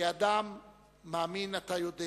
כאדם מאמין אתה יודע